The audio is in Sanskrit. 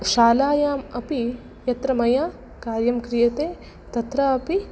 शालायाम् अपि यत्र मया कार्यं क्रियते तत्रापि